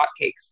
hotcakes